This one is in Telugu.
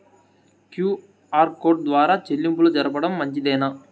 క్యు.ఆర్ కోడ్ ద్వారా చెల్లింపులు జరపడం మంచిదేనా?